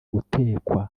gutekwa